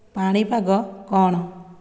ପାଣିପାଗ କ'ଣ